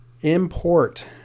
import